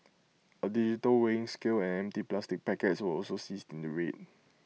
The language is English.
A digital weighing scale and empty plastic packets were also seized in the raid